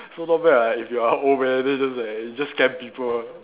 so not bad [what] if you are old man then just like just scam people